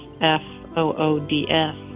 F-O-O-D-S